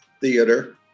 theater